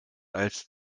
als